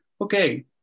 okay